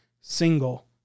single